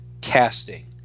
casting